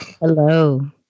Hello